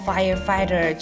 Firefighter